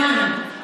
האמנו.